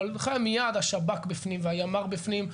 מיד השב"כ בפנים והימ"ר בפנים.